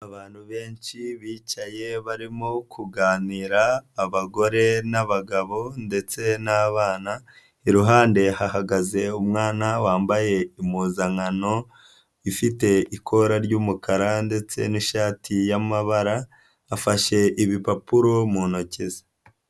Abantu benshi bicaye barimo kuganira abagore n'abagabo ndetse n'abana, iruhande hahagaze umwana wambaye impuzankano, ifite ikora ry'umukara ndetse n'ishati y'amabara afashe ibipapuro mu ntoki ze.